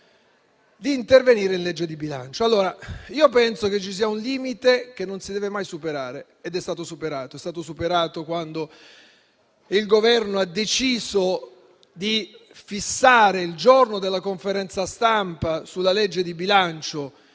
di intervenire nel disegno di legge di bilancio. Io penso che ci sia un limite che non si deve mai superare ed è stato superato quando il Governo, il giorno della conferenza stampa sulla legge di bilancio,